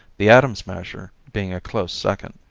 the atom smasher being a close second.